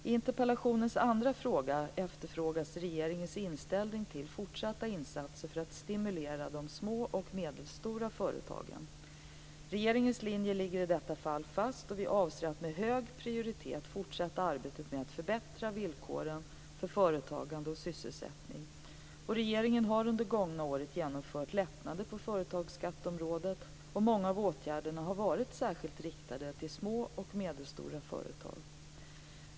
I interpellationens andra fråga efterfrågas regeringens inställning till fortsatta insatser för att stimulera de små och medelstora företagen. Regeringens linje ligger i detta fall fast och vi avser att med hög prioritet fortsätta arbetet med att förbättra villkoren för företagande och sysselsättning. Regeringen har under det gångna året genomfört lättnader på företagsskatteområdet och många av åtgärderna har varit särskilt riktade till små och medelstora företag.